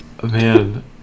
Man